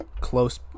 close